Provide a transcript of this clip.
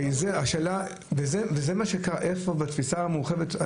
בתפיסה המורחבת,